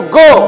go